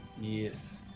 Yes